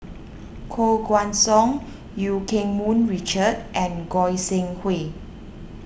Koh Guan Song Eu Keng Mun Richard and Goi Seng Hui